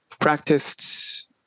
practiced